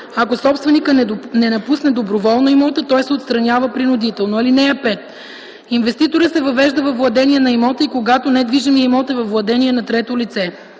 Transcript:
Ако собственикът не напусне доброволно имота, той се отстранява принудително. (5) Инвеститорът се въвежда във владение на имота и когато недвижимият имот е във владение на трето лице.